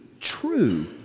true